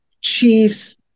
Chiefs